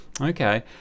Okay